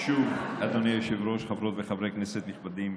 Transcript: שוב, אדוני היושב-ראש, חברות וחברי כנסת נכבדים,